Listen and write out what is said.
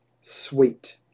sweet